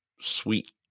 sweet